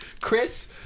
Chris